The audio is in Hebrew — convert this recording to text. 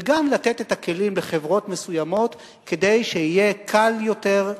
וגם לתת את הכלים לחברות מסוימות כדי שיהיה קל יותר לשרת.